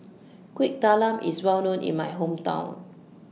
Kuih Talam IS Well known in My Hometown